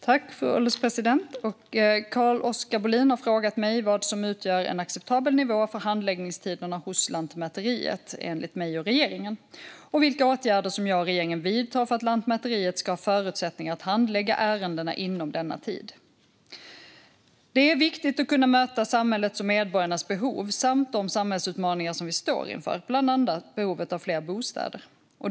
Fru ålderspresident! Carl-Oskar Bohlin har frågat mig vad som utgör en acceptabel nivå för handläggningstiderna hos Lantmäteriet enligt mig och regeringen och vilka åtgärder som jag och regeringen vidtar för att Lantmäteriet ska ha förutsättningar att handlägga ärendena inom denna tid. Det är viktigt att kunna möta samhällets och medborgarnas behov samt de samhällsutmaningar som vi står inför, bland annat behovet av fler bostäder.